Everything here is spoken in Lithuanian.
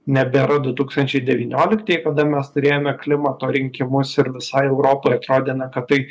nebėra du tūkstančiai devynioliktieji kada mes turėjome klimato rinkimus ir visai europai atrodė na kad tai